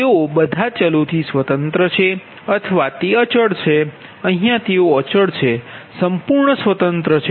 તેઓ બધા ચલો થી સ્વતંત્ર છે અથવા તે અચલ છે અહીયા તેઓ અચલ છે સંપૂર્ણ સ્વતંત્ર છે